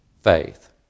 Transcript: faith